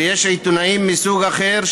ויש עיתונאים מסוג אחר,